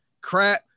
crap